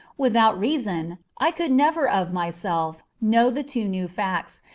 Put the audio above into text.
without reason, i could never of myself, know the two new facts,